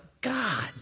God